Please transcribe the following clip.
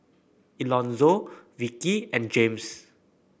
Elonzo Vikki and James